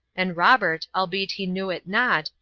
and robert, albeit he knew it not,